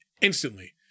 instantly